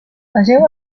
vegeu